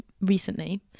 recently